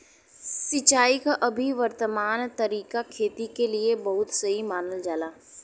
सिंचाई क अभी वर्तमान तरीका खेती क लिए बहुत सही मानल जाला